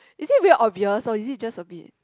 is it very obvious or is it just a bit